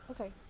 Okay